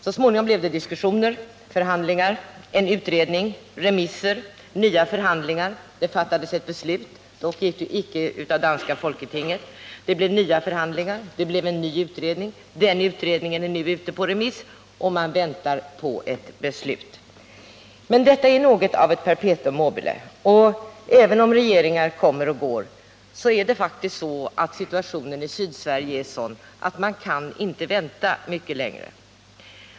Så småningom blev det diskussioner, förhandlingar, en utredning, remisser, nya förhandlingar, det fattades ett beslut — dock icke av danska folketinget. Det blev nya förhandlingar och en ny utredning. Den utredningen är nu ute på remiss, och man väntar på ett beslut. Men detta är något av ett perpetuum mobile. Även om regeringar kommer och går är situationen i Sydsverige faktiskt sådan att man inte kan vänta mycket längre.